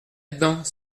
dedans